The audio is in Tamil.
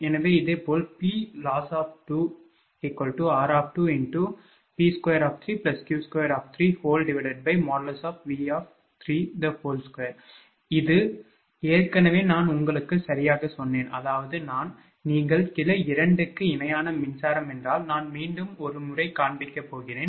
எனவே இதேபோல் PLoss2r×P2Q2| V|2 இது ஏற்கனவே நான் உங்களுக்குச் சரியாகச் சொன்னேன் அதாவது நான் நீங்கள் கிளை 2 க்கு இணையான மின்சாரம் என்றால் நான் மீண்டும் ஒருமுறை காண்பிக்க போகிறேன்